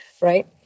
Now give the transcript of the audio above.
right